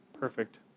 Perfect